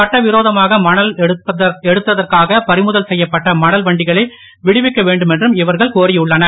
சட்ட விரோதமாக மணல் எடுத்ததற்காக பறிமுதல் செய்யப்பட்ட மணல் வண்டிகளை விடுவிக்க வேண்டுமென்றும் இவர்கள் கோரியுள்ளனர்